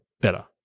better